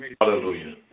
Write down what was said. Hallelujah